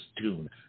tune